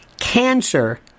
cancer